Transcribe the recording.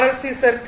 C circuit